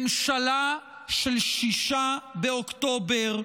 ממשלה של 6 באוקטובר.